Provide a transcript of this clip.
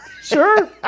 Sure